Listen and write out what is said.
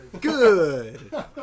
good